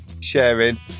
sharing